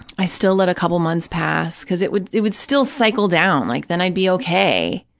i still let a couple months pass, because it would it would still cycle down, like then i'd be okay,